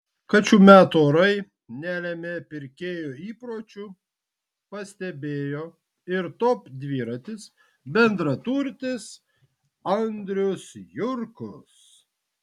kad šiu metų orai nelėmė pirkėjų įpročių pastebėjo ir top dviratis bendraturtis andrius jurkus